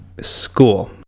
school